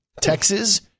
Texas